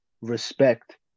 respect